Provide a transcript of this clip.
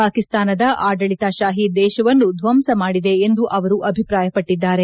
ಪಾಕಿಸ್ಥಾನದ ಆಡಳಿತಶಾಹಿ ದೇಶವನ್ನು ಧ್ವಂಸ ಮಾಡಿದೆ ಎಂದು ಅವರು ಅಭಿಪ್ರಾಯಪಟ್ಟಿದ್ದಾರೆ